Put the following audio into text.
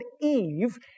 Eve